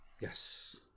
Yes